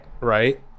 right